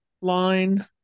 line